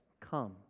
Come